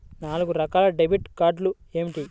నాలుగు రకాల డెబిట్ కార్డులు ఏమిటి?